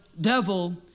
devil